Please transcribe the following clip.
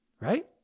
Right